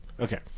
Okay